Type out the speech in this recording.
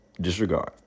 disregard